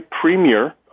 Premier